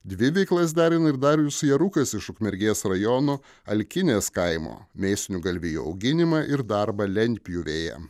dvi veiklas derina ir darius jarukas iš ukmergės rajono alkinės kaimo mėsinių galvijų auginimą ir darbą lentpjūvėje